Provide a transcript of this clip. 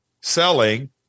selling